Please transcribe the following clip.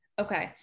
Okay